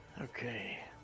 Okay